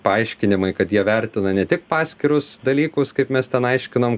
paaiškinimai kad jie vertina ne tik paskirus dalykus kaip mes ten aiškinam